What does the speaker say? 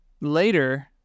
later